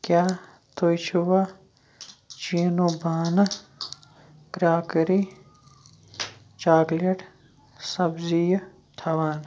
کیٛاہ تُہۍ چھِوا چیٖنوٗبانہٕ کرٛاکری چاکلیٹ سبزیہِ تھاوان